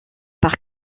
par